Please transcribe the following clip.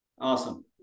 awesome